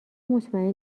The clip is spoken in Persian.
مطمئن